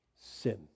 Sin